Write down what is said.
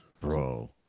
Bro